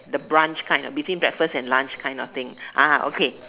the brunch kind ah between breakfast and lunch kind of thing ah okay